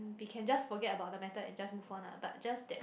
we can just forget about the matter and just move on ah but just that